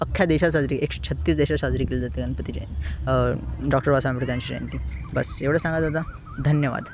अख्ख्या देशात साजरी एकशे छत्तीस देशात साजरी केली जाते गणपती जयंती डॉक्टर बाबासाहेब आंबेडकरांची जयंती बस एवढंच सांगायचं होतं धन्यवाद